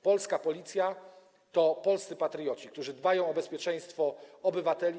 Polska policja to polscy patrioci, którzy dbają o bezpieczeństwo obywateli.